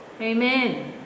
Amen